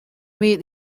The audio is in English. meet